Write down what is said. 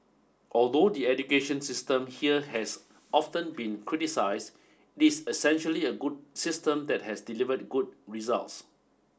although the education system here has often been criticized this essentially a good system that has delivered good results